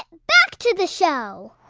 back to the show